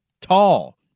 Tall